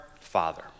Father